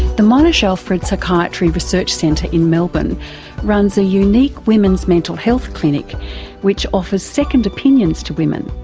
the monash alfred psychiatry research centre in melbourne runs a unique women's mental health clinic which offers second opinions to women,